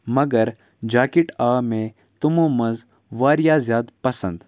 مگر جاکٮ۪ٹ آو مےٚ تِمو منٛز واریاہ زیادٕ پَسنٛد